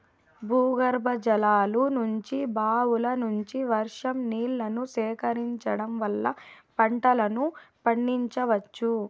భూగర్భజలాల నుంచి, బావుల నుంచి, వర్షం నీళ్ళను సేకరించడం వల్ల పంటలను పండించవచ్చు